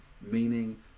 meaning